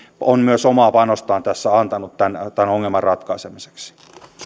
on myös omaa panostaan tässä antanut tämän tämän ongelman ratkaisemiseksi